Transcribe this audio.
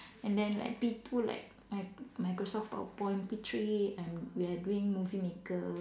and then like P two like mi~ Microsoft PowerPoint P three I'm we are doing movie maker